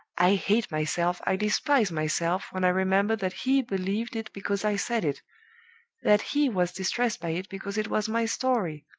i hate myself, i despise myself, when i remember that he believed it because i said it that he was distressed by it because it was my story!